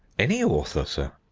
any author, sir.